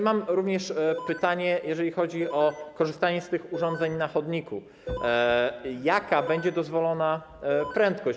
Mam również pytanie, jeżeli chodzi o korzystanie z tych urządzeń na chodniku: Jaka będzie dozwolona prędkość?